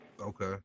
Okay